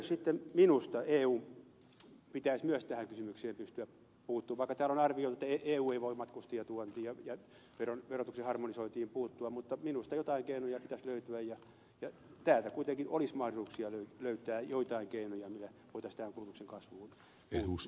sitten minusta eun pitäisi myös tähän kysymykseen pystyä puuttumaan vaikka täällä on arvioitu että eu ei voi matkustajatuontiin ja verotuksen harmonisointiin puuttua mutta minusta joitain keinoja pitäisi löytyä ja täältä kuitenkin olisi mahdollisuuksia löytää joitain keinoja millä voitaisiin tähän kulutuksen kasvuun puuttua